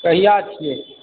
कहिआ छिए